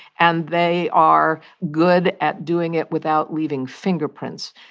and they are good at doing it without leaving fingerprints.